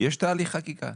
שיש תהליך חקיקה.